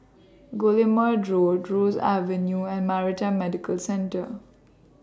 Guillemard Road Ross Avenue and Maritime Medical Centre